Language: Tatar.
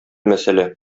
мәсьәлә